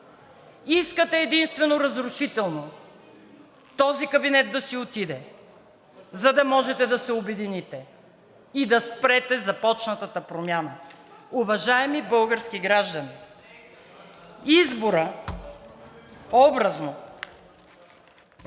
Искате единствено разрушително този кабинет да си отиде, за да можете да се обедините и да спрете започнатата промяна. Уважаеми български граждани, образно